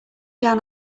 down